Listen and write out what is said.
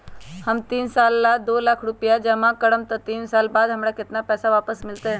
हम तीन साल ला दो लाख रूपैया जमा करम त तीन साल बाद हमरा केतना पैसा वापस मिलत?